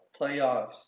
playoffs